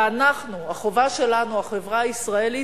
אנחנו, החובה שלנו, החברה הישראלית,